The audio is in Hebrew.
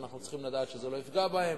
אנחנו צריכים לדעת שזה לא יפגע בהם.